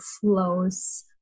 flows